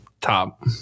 top